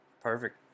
Perfect